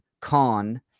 con